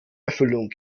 erfüllung